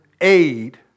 aid